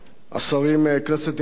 השרים, כנסת נכבדה,